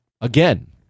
again